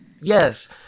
Yes